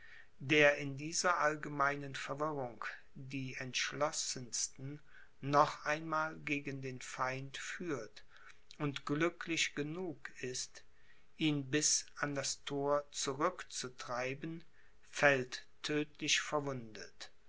der in dieser allgemeinen verwirrung die entschlossensten noch einmal gegen den feind führt und glücklich genug ist ihn bis an das thor zurückzutreiben fällt tödtlich verwundet